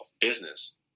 business